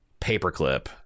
paperclip